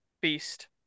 beast